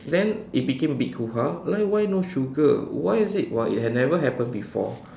then it become big hoo-ha like why no sugar why is it while it had never happened before